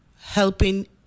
helping